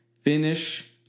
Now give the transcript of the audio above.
Finish